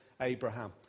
Abraham